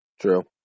True